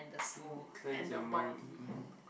seem cleanse your mind mm